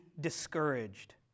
discouraged